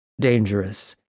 dangerous